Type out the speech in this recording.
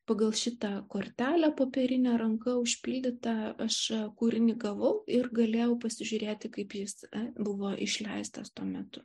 pagal šitą kortelę popierinę ranka užpildytą aš kūrinį gavau ir galėjau pasižiūrėti kaip jis buvo išleistas tuo metu